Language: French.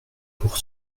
pour